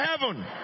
heaven